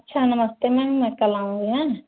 अच्छा नमस्ते मैम मैं कल आऊँगी है ना